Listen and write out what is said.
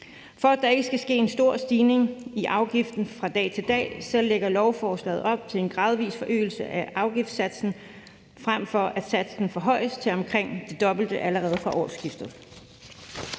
For at der ikke skal ske en stor stigning i afgiften fra dag til dag, lægger lovforslaget op til en gradvis forøgelse af afgiftssatsen, frem for at satsen forhøjes til omkring det dobbelte allerede fra årsskiftet.